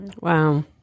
Wow